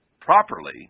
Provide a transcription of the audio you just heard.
properly